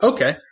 Okay